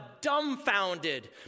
dumbfounded